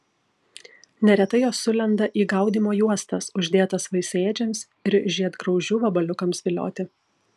neretai jos sulenda į gaudymo juostas uždėtas vaisėdžiams ar žiedgraužių vabaliukams vilioti